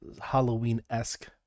Halloween-esque